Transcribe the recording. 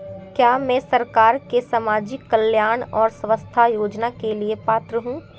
क्या मैं सरकार के सामाजिक कल्याण और स्वास्थ्य योजना के लिए पात्र हूं?